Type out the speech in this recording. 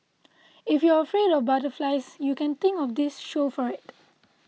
if you're afraid of butterflies you can thank of this show for it